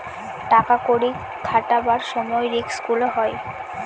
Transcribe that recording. টাকা কড়ি খাটাবার সময় রিস্ক গুলো হয়